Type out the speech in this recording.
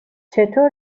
چطور